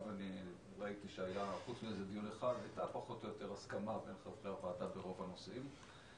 ראיתי שחוץ מדיון אחד הייתה הסכמה בין חברי הוועדה ברוב הנושאים.